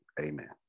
Amen